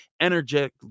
energetic